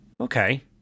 Okay